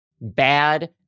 bad